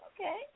okay